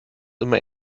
immer